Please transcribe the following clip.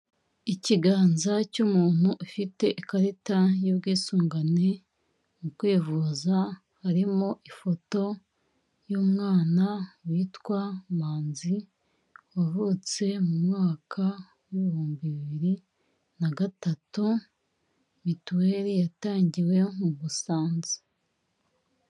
Ikiganza cy'umuntu ufite ikarita y'ubwisungane mu kwivuza, harimo ifoto y'umwana witwa Manzi, wavutse mu mwaka w'ibihumbi bibiri na gatatu, mituweli yatangiwe mu Busanza.